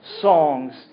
songs